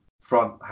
front